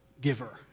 giver